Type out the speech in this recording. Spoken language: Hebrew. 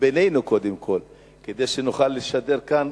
בינינו קודם כול, כדי שנוכל לשדר כאן